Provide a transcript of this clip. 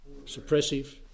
Suppressive